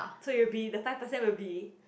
so it will be the five percent will be